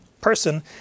person